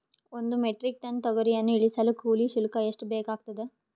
ಒಂದು metric tonne ತೊಗರಿಯನ್ನು ಇಳಿಸಲು ಕೂಲಿ ಶುಲ್ಕ ಎಷ್ಟು ಬೇಕಾಗತದಾ?